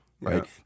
Right